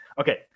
Okay